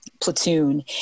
platoon